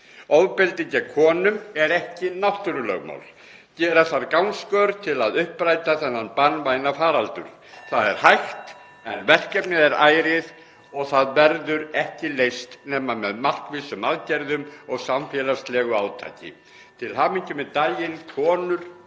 Ofbeldi gegn konum er ekki náttúrulögmál. Gera þarf gangskör til að uppræta þennan banvæna faraldur. Það er hægt. (Forseti hringir.) En verkefnið er ærið og það verður ekki leyst nema með markvissum aðgerðum og samfélagslegu átaki. Til hamingju með daginn, konur